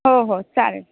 हो हो चालेल